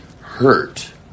hurt